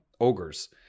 ogres